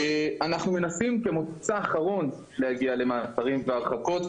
אנחנו מנסים כמוצא אחרון להגיע למעצרים והרחקות,